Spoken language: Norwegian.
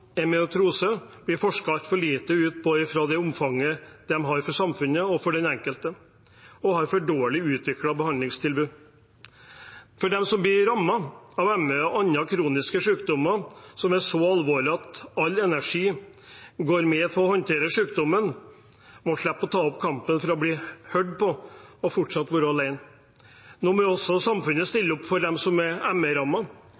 blir forsket altfor lite på ut fra det omfanget de har for samfunnet og for den enkelte, og de har for dårlig utviklet behandlingstilbud. De som blir rammet av ME og andre kroniske sykdommer som er så alvorlige at all energi går med til å håndtere sykdommen, må slippe å ta opp kampen for å bli hørt og fortsatt være alene med den. Nå må også samfunnet